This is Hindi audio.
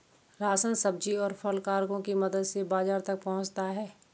राशन, सब्जी, और फल कार्गो की मदद से बाजार तक पहुंचता है